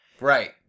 Right